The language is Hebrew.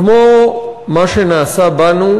כמו מה שנעשה בנו,